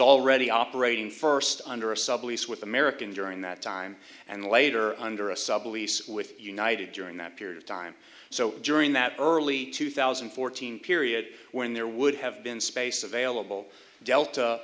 already operating first under a sublease with american during that time and later under a sublease with united during that period of time so during that early two thousand and fourteen period when there would have been space available delta